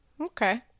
okay